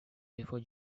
before